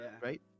Right